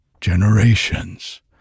generations